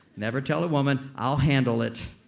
never tell a woman, i'll handle it.